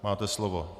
Máte slovo.